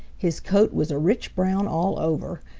his coat was a rich brown all over,